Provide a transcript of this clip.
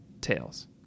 Tails